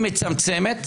היא מצמצמת,